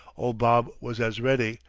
old bob was as ready.